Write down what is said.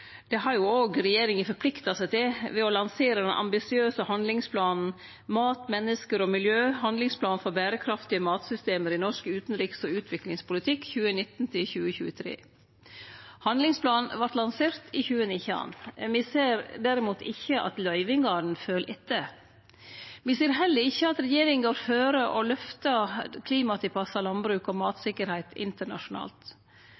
Det har jo òg regjeringa forplikta seg til ved å lansere den ambisiøse handlingsplanen «Mat, mennesker og miljø – Regjeringens handlingsplan for bærekraftige matsystemer i norsk utenriks- og utviklingspolitikk 2019–2023». Handlingsplanen vart lansert i 2019. Me ser derimot ikkje at løyvingane fylgjer etter. Me ser heller ikkje at regjeringa fører og løftar klimatilpassa landbruk og